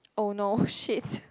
oh no shit